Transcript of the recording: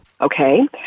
Okay